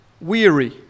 weary